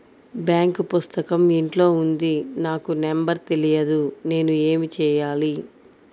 Bank పుస్తకం ఇంట్లో ఉంది నాకు నంబర్ తెలియదు నేను ఏమి చెయ్యాలి?